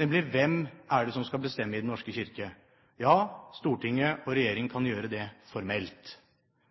nemlig: Hvem er det som skal bestemme i Den norske kirke? Ja, Stortinget og regjeringen kan gjøre det formelt,